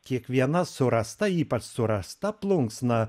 kiekviena surasta ypač surasta plunksna